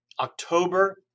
October